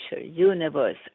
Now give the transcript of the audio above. universe